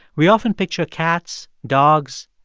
we often picture cats, dogs,